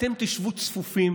אתם תשבו צפופים,